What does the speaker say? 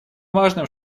важным